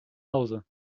hause